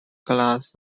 glass